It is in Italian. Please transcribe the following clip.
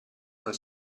non